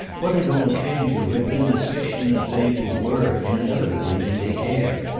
what it all came to had been that fiction and fable were, inevitably, in the air,